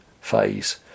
phase